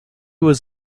was